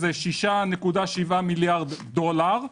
6.7 מיליארד דולר,